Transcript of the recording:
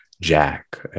Jack